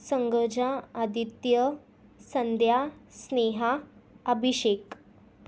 संगजा Aditya Sandhya Sneha Abhishek